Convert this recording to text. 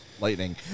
lightning